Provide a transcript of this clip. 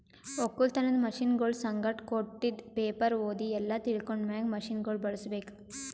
ಒಕ್ಕಲತನದ್ ಮಷೀನಗೊಳ್ ಸಂಗಟ್ ಕೊಟ್ಟಿದ್ ಪೇಪರ್ ಓದಿ ಎಲ್ಲಾ ತಿಳ್ಕೊಂಡ ಮ್ಯಾಗ್ ಮಷೀನಗೊಳ್ ಬಳುಸ್ ಬೇಕು